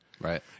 Right